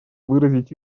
выразить